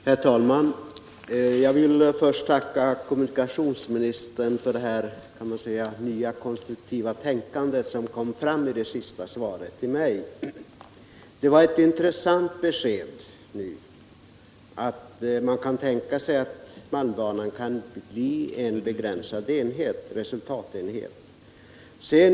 Herr talman! Jag vill först tacka kommunikationsministern för det nya konstruktiva tänkande som kom fram i det senaste svaret till mig. Det var ett intressant besked att man kan tänka sig att malmbanan kan bli en begränsad resultatenhet.